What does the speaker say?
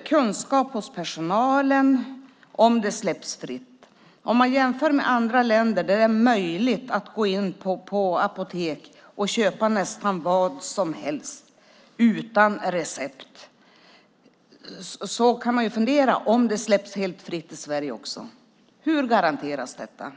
och kunskapen hos personalen om det släpps fritt. Om man jämför med andra länder där det är möjligt att gå in på apotek och köpa nästan vad som helst utan recept kan man fundera: Om det släpps helt fritt i Sverige också, hur garanteras detta?